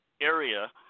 area